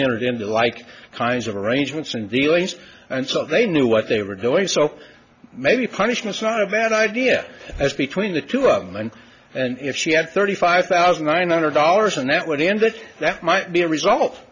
entered into like kinds of arrangements and dealings and so they knew what they were going so maybe punishment is not a bad idea that's between the two of them and if she had thirty five thousand nine hundred dollars and that would end that that might be a result